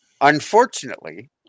Unfortunately